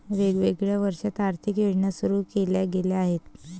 वेगवेगळ्या वर्षांत आर्थिक योजना सुरू केल्या गेल्या आहेत